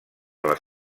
les